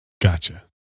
Gotcha